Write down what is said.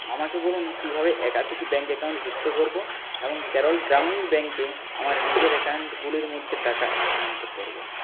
আমাকে বলুন কিভাবে একাধিক ব্যাঙ্ক অ্যাকাউন্ট যুক্ত করবো এবং কেরল গ্রামীণ ব্যাঙ্কে আমার নিজের অ্যাকাউন্টগুলির মধ্যে টাকা স্থানান্তর করবো